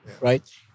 right